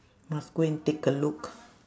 must go and take a look